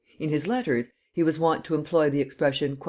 in his letters he was wont to employ the expression,